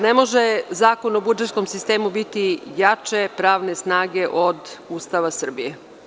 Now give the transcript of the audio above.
Ne može Zakon o budžetskom sistemu biti jače pravne snage od Ustava Srbije.